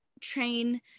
train